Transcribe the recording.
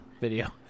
video